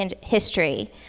history